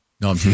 No